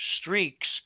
streaks